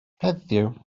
heddiw